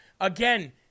Again